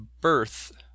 birth